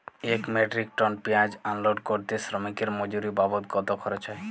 এক metric ton পেঁয়াজ unload করতে শ্রমিকের মজুরি বাবদ কত খরচ হয়?